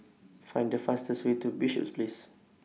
Find The fastest Way to Bishops Place